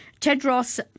Tedros